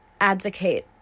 advocate